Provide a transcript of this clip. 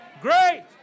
great